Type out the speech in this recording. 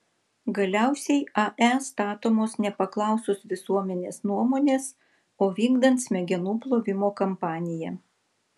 galiausiai ae statomos nepaklausus visuomenės nuomonės o vykdant smegenų plovimo kampaniją